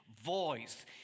voice